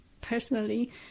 personally